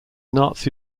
nazi